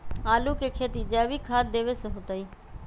आलु के खेती जैविक खाध देवे से होतई?